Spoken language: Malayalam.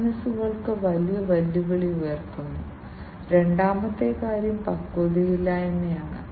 സെൻട്രൽ കൺട്രോൾ യൂണിറ്റിലേക്ക് അയയ്ക്കുന്നത് ഒരു സ്മാർട്ട് സെൻസർ നോഡിന്റെ അടുത്ത പ്രധാന പ്രവർത്തനമാണ്